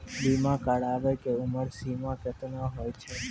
बीमा कराबै के उमर सीमा केतना होय छै?